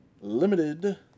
Limited